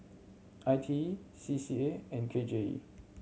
I T E C C A and K J E